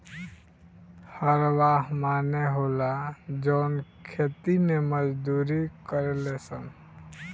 हरवाह माने होला जवन खेती मे मजदूरी करेले सन